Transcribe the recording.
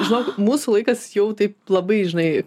žinok mūsų laikas jau taip labai žinai